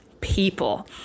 people